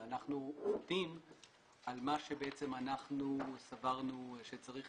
אנחנו עובדים על מה שבעצם אנחנו סברנו שצריכים